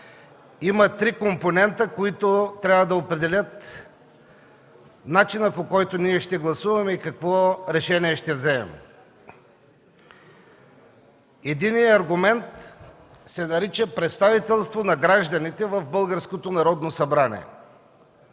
има три компонента, които трябва да определят начина, по който ние ще гласуваме и какво решение ще вземем. Единият аргумент се нарича „представителство на гражданите в българското Народно събрание”.